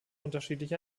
unterschiedlich